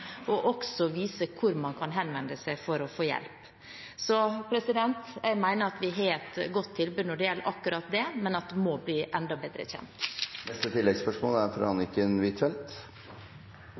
og viser også hvor man kan henvende seg for å få hjelp. Så jeg mener vi har et godt tilbud når det gjelder akkurat det, men det må bli enda bedre